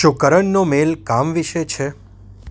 શું કરનનો મેલ કામ વિશે છે